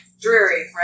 Dreary